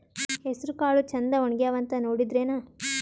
ಹೆಸರಕಾಳು ಛಂದ ಒಣಗ್ಯಾವಂತ ನೋಡಿದ್ರೆನ?